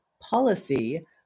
policy